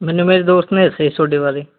ਮੈਨੂੰ ਮੇਰੇ ਦੋਸਤ ਨੇ ਦੱਸਿਆ ਸੀ ਤੁਹਾਡੇ ਬਾਰੇ